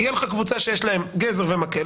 תהיה לך קבוצה שיש לה גזר ומקל,